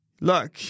look